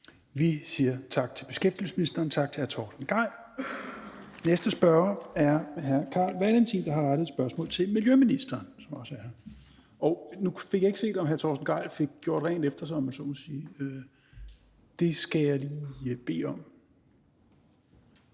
Vi siger tak til beskæftigelsesministeren og tak til hr. Torsten Gejl. Den næste spørger er hr. Carl Valentin, der har rettet et spørgsmål til miljøministeren. Og nu fik jeg ikke set, om hr. Torsten Gejl fik gjort rent efter sig, om jeg så må sige, og det skal jeg lige bede om.